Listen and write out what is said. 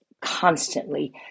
constantly